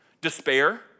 despair